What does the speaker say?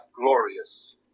Glorious